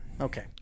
Okay